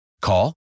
Call